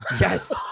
yes